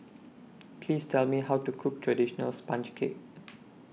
Please Tell Me How to Cook Traditional Sponge Cake